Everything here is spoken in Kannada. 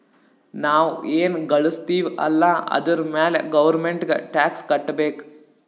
ನಾವ್ ಎನ್ ಘಳುಸ್ತಿವ್ ಅಲ್ಲ ಅದುರ್ ಮ್ಯಾಲ ಗೌರ್ಮೆಂಟ್ಗ ಟ್ಯಾಕ್ಸ್ ಕಟ್ಟಬೇಕ್